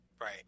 Right